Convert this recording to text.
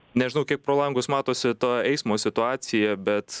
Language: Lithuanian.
nežinau kiek pro langus matosi to eismo situacija bet